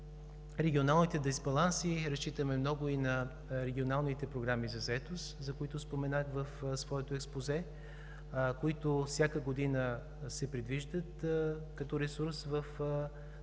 регионалните дисбаланси разчитаме много и на регионалните програми за заетост, за които споменах в своето експозе, които всяка година се предвиждат като ресурс в